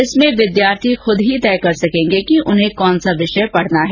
इसमें विद्यार्थी खुद तय करेंगे कि उन्हें कौन सा विषत्र पढ़ना है